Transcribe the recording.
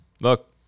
Look